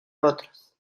otros